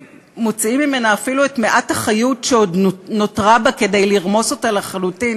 מוציאים ממנה אפילו את מעט החיות שעוד נותרה בה כדי לרמוס אותה לחלוטין,